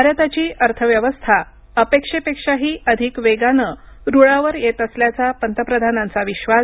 भारताची अर्थव्यवस्था अपेक्षेपेक्षाही अधिक वेगानं रुळावर येत असल्याचा पंतप्रधानांचा विश्वास